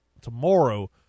tomorrow